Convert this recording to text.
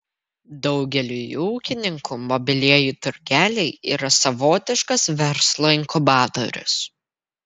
daugeliui ūkininkų mobilieji turgeliai yra savotiškas verslo inkubatorius